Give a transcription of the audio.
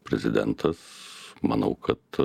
prezidentas manau kad